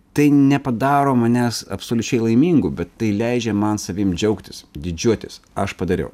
tai nepadaro manęs absoliučiai laimingu bet tai leidžia man savim džiaugtis didžiuotis aš padariau